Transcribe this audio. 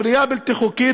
הבנייה הבלתי-חוקית,